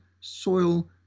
soil